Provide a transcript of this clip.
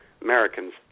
Americans